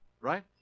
right